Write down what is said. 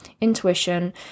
intuition